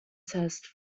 test